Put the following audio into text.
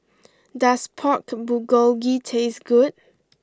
does Pork Bulgogi taste good